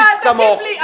אתה, אל תטיף לי.